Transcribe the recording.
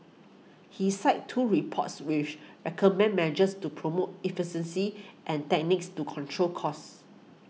he cited two reports which recommended measures to promote efficiency and techniques to control costs